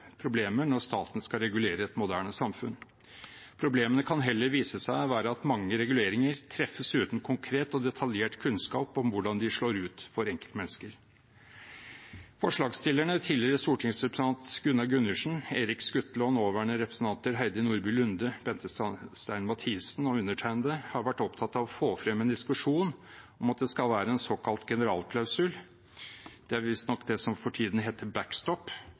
problemer når staten skal regulere et moderne samfunn. Problemene kan heller vise seg å være at mange reguleringsbestemmelser treffes uten konkret og detaljert kunnskap om hvordan de slår ut for enkeltmennesker. Forslagsstillerne, tidligere stortingsrepresentanter Gunnar Gundersen og Erik Skutle og nåværende representanter Heidi Nordby Lunde, Bente Stein Mathisen og undertegnede, har vært opptatt av å få frem en diskusjon om at det skal være en såkalt generalklausul. Det er visstnok det som for tiden heter